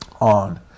on